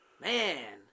Man